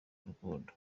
urukundo